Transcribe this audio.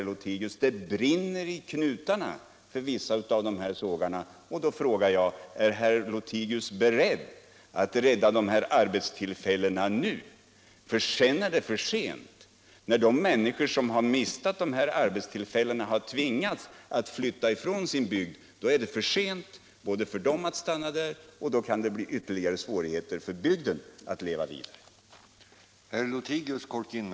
Det brinner i knutarna för vissa av dessa sågar, herr Lothigius. Därför frågar jag om herr Lothigius är beredd att rädda de här arbetstillfällena nu. När de människor, som mist sina arbetstillfällen, har tvingats flytta ifrån sin bygd, då är det för sent att göra någonting. Då uppstår också ytterligare svårigheter för bygden att leva vidare.